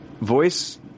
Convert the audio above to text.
voice